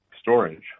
storage